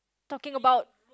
talking about